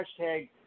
hashtag